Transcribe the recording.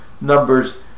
Numbers